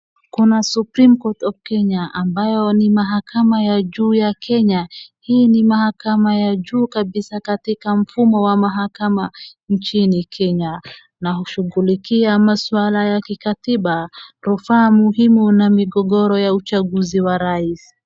Kuna Supreme Court of Kenya ambayo ni mahakama ya juu ya Kenya. Hii ni mahakama ya juu kabisa katika mfumo wa mahakama nchini Kenya, na hushughulikia maswala ya kikatiba, rufaa muhimu na migogoro ya uchaguzi wa rais.